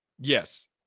Yes